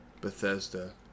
Bethesda